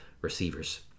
receivers